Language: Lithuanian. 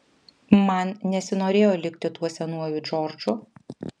man nesinorėjo likti tuo senuoju džordžu